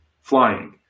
flying